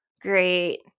great